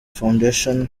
foundation